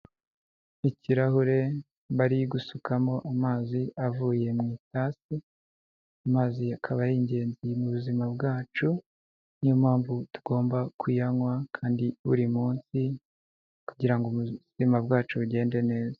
Ikirahure bari gusukamo amazi avuye mu itasi. Amazi akaba ari ingenzi mu buzima bwacu niyo mpamvu tugomba kuyanywa kandi buri munsi kugira ngo ubuzima bwacu bugende neza.